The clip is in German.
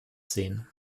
sehen